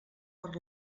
per